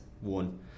One